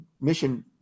mission